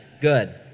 Good